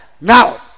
now